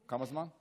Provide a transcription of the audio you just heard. כמה זמן?